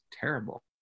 terrible